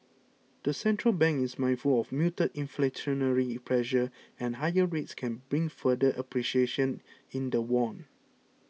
the central bank is mindful of muted inflationary pressure and higher rates can bring further appreciation in the won